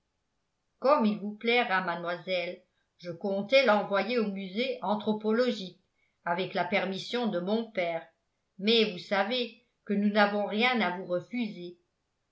comme il vous plaira mademoiselle je comptais l'envoyer au musée anthropologique avec la permission de mon père mais vous savez que nous n'avons rien à vous refuser